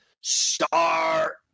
star